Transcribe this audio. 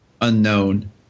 Unknown